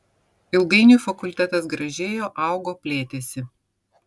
ilgainiui fakultetas gražėjo augo plėtėsi